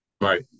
Right